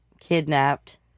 kidnapped